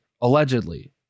allegedly